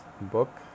book